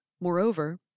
moreover